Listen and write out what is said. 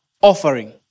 offering